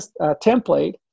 template